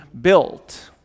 built—